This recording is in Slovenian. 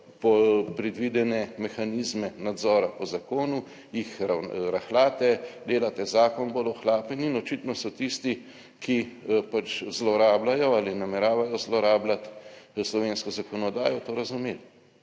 po, predvidene mehanizme nadzora po zakonu, jih rahljate, delate zakon bolj ohlapen in očitno so tisti, ki pač zlorabljajo ali nameravajo zlorabljati slovensko zakonodajo to razumeli.